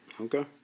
Okay